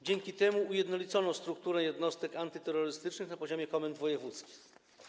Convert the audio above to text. Dzięki temu ujednolicono strukturę jednostek antyterrorystycznych na poziomie komend wojewódzkich.